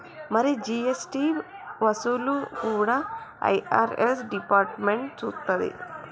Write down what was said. మరి జీ.ఎస్.టి వసూళ్లు కూడా ఐ.ఆర్.ఎస్ డిపార్ట్మెంట్ సూత్తది